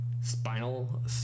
Spinal